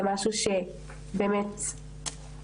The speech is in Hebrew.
זה משהו שבאמת יכול לעזור,